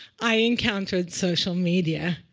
i encountered social media,